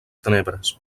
tenebres